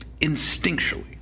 instinctually